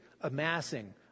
amassing